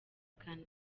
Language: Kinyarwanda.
ghana